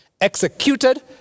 executed